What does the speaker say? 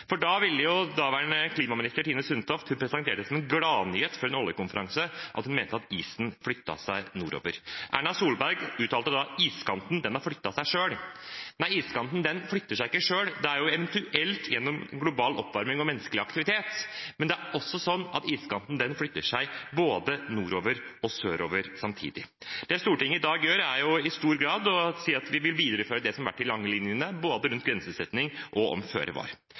Da ville daværende klimaminister Tine Sundtoft presentere det som en gladnyhet før en oljekonferanse at hun mente at isen flyttet seg nordover. Erna Solberg uttalte da at iskanten hadde flyttet seg selv. Nei, iskanten flytter seg ikke selv, det skjer eventuelt gjennom global oppvarming og menneskelig aktivitet. Men det er også sånn at iskanten, den flytter seg både nordover og sørover samtidig. Det Stortinget i dag gjør, er i stor grad å si at vi vil videreføre det som har vært de lange linjene, både rundt grensesetting og om